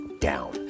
down